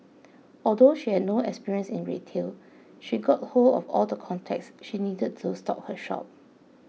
although she had no experience in retail she got hold of all the contacts she needed to stock her shop